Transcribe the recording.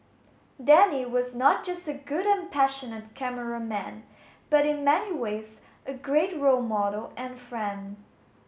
Danny was not just a good and passionate cameraman but in many ways a great role model and friend